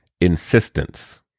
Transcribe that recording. insistence